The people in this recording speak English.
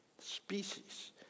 Species